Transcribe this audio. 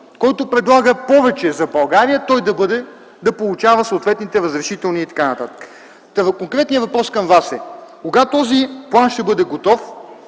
който предлага повече за България, той да получава съответните разрешителни и т.н. Конкретният въпрос към Вас е: кога този план ще бъде готов,